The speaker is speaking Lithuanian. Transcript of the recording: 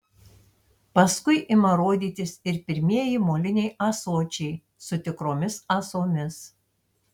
paskui ima rodytis ir pirmieji moliniai ąsočiai su tikromis ąsomis